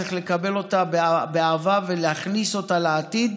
צריך לקבל אותה באהבה ולהכניס אותה לעתיד,